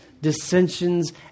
dissensions